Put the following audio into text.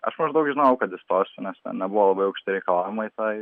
aš maždaug žinojau kad įstosiu nes ten nebuvo labai aukšti reikalavimai tai